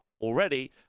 already